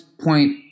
point